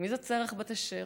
מי זאת שרח בת אשר,